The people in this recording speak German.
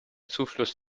zufluss